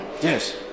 yes